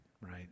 right